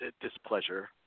displeasure